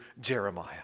Jeremiah